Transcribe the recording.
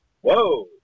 Whoa